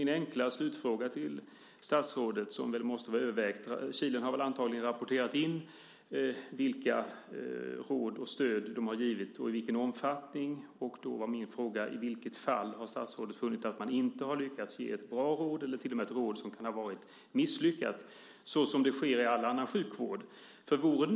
Kilen har antagligen rapporterat in vilka råd och vilket stöd de har givit och i vilken omfattning det har skett. Då är min fråga: I vilka fall har statsrådet funnit att man inte har lyckats ge ett bra råd eller att man till och med har gett ett råd som kan ha varit misslyckat, så som sker i all annan sjukvård?